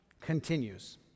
continues